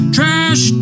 Trash